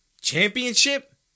Championship